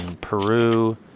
Peru